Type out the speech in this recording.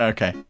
Okay